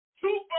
Two